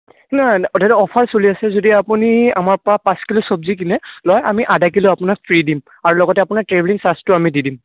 নাই দাদা অফাৰ চলি আছে যদি আপুনি আমাৰ পৰা পাঁচ কিলো চবজি কিনে লয় আমি আধা কিলো আপোনাক ফ্ৰী দিম আৰু লগতে আপোনাৰ চাৰ্জটো আমি দি দিম